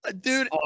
Dude